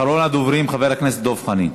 אחרון הדוברים, חבר דב חנין.